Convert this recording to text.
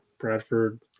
Bradford